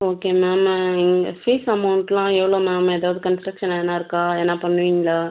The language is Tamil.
ஓகே மேம் ஃபீஸ் அமௌண்ட்லாம் எவ்வளோ மேம் ஏதாவது கன்ஸெக்ஷன் எதுனா இருக்கா எதுனா பண்ணுவீங்களா